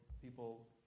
people